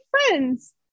friends